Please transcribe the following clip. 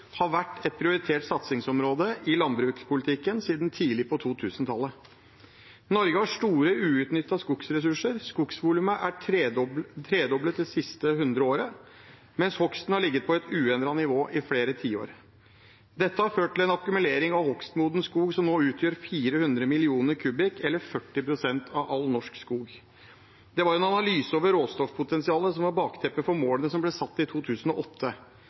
har vært et prioritert satsingsområde i landbrukspolitikken siden tidlig på 2000-tallet. Norge har store uutnyttede skogressurser. Skogvolumet er tredoblet siste hundreåret, mens hogsten har ligget på et uendret nivå i flere tiår. Dette har ført til en akkumulering av hogstmoden skog som nå utgjør 400 mill. m 3 , eller 40 pst. av all norsk skog. Det var en analyse over råstoffpotensialet som var bakteppet for målet som ble satt i 2008.